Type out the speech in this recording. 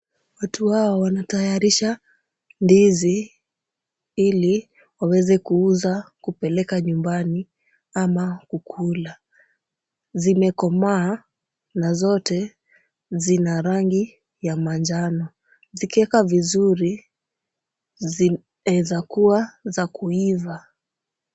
Watu hawa wanatayarisha ndizi, ili waweze kuuza, kupeleka nyumbani ama kukula. Zimekomaa na zote zina rangi ya manjano. Zikiwekwa vizuri zinaweza kuwa za kuiva.